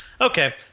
Okay